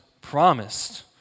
promised